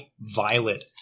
violet